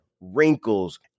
wrinkles